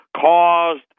caused